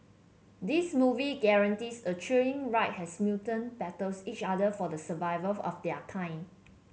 this movie guarantees a thrilling ride as mutant battles each other for the survival of their kind